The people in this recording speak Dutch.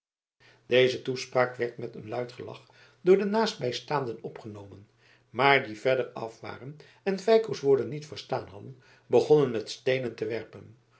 deze toespraak werd met een luid gelach door de naastbijstaanden opgenomen maar die verder af waren en feiko's woorden niet verstaan hadden begonnen met steenen te werpen